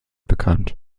bekannt